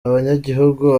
abanyagihugu